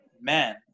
men